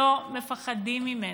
לא מפחדים ממנו.